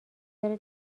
بره